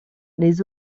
les